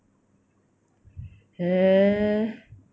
eh